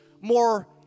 more